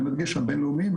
אני מדגיש את הבין-לאומיים,